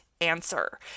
answer